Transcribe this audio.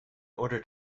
order